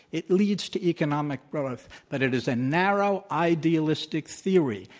it leads to economic growth, but it is a narrow idealistic theory,